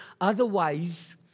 otherwise